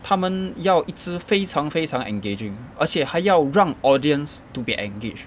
他们要一直非常非常 engaging 而且还要让 audience to be engaged